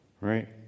right